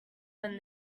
than